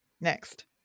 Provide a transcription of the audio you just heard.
next